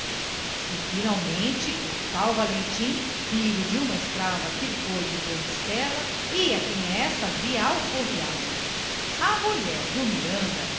e finalmente o tal valentim filho de uma escrava que foi de dona estela e a quem esta havia alforriado a mulher do miranda